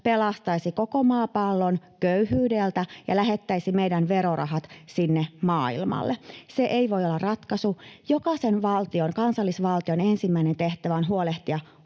pelastaisivat koko maapallon köyhyydeltä ja lähettäisivät meidän verorahamme sinne maailmalle. Se ei voi olla ratkaisu. Jokaisen kansallisvaltion ensimmäinen tehtävä on huolehtia